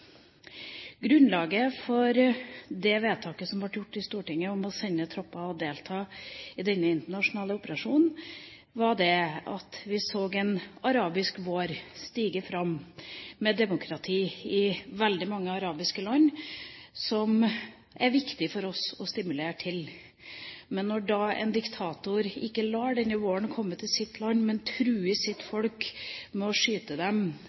Grunnlaget for det vedtaket som ble gjort i Stortinget om å sende tropper og delta i denne internasjonale operasjonen, var at vi så en arabisk vår stige fram med demokrati i veldig mange arabiske land, som det er viktig for oss å stimulere til. Men når da en diktator ikke lar denne våren komme til sitt land, men truer sitt folk med å skyte dem,